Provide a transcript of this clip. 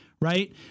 Right